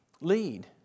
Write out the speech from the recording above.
lead